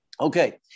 Okay